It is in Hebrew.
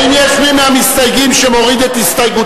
האם יש מי מהמסתייגים שמוריד את הסתייגותו?